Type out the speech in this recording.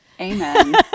Amen